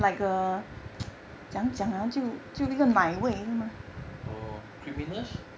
oh creaminess